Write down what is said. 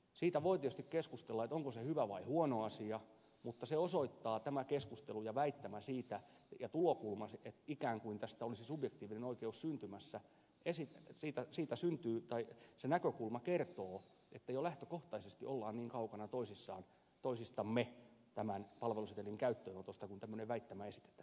siitä voi tietysti keskustella onko se hyvä vai huono asia mutta tämä keskustelu ja väittämä siitä ja näkökulma ikään kuin tästä olisi subjektiivinen oikeus syntymässä esittänyt riita siitä syntyy tai se näkökulma kertoo että jo lähtökohtaisesti olemme niin kaukana toisistamme tämän palvelusetelin käyttöönotosta kun tämmöinen väittämä esitetään